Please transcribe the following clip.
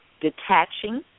detaching